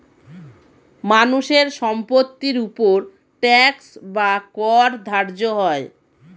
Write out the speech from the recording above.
মানুষের সম্পত্তির উপর ট্যাক্স বা কর ধার্য হয়